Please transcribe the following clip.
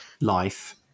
life